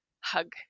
hug